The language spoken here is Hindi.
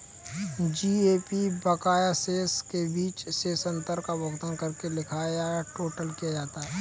जी.ए.पी बकाया शेष के बीच शेष अंतर का भुगतान करके लिखा या टोटल किया जाता है